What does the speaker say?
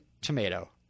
tomato